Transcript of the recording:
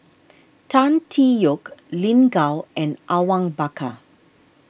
Tan Tee Yoke Lin Gao and Awang Bakar